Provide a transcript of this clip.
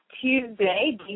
Tuesday